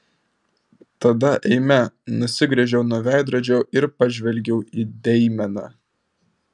tada eime nusigręžiau nuo veidrodžio ir pažvelgiau į deimeną